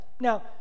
now